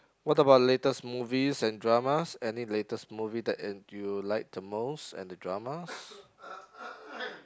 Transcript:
what about latest movies and dramas any latest movie that in you like the most and the dramas